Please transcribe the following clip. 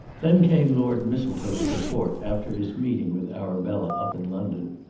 then came lord mistletoe's report after his meeting with arabella up in london.